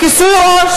ראש